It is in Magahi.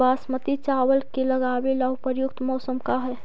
बासमती चावल के लगावे ला उपयुक्त मौसम का है?